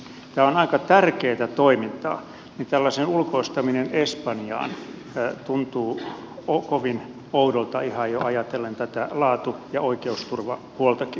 tämä on aika tärkeätä toimintaa niin että tällaisen ulkoistaminen espanjaan tuntuu kovin oudolta ihan jo ajatellen tätä laatu ja oikeusturvapuoltakin